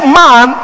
man